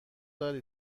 داری